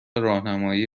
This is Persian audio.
راهنمایی